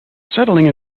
settling